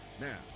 Now